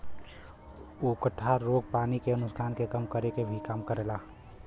उकठा रोग पानी के नुकसान के कम करे क भी काम करेला